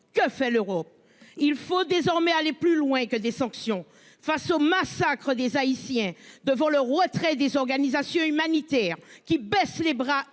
que fait l'euro il faut désormais aller plus loin que des sanctions face au massacre des Haïtiens devant le roi très des organisations humanitaires qui baissent les bras.